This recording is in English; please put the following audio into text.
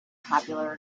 popular